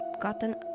gotten